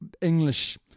English